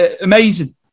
amazing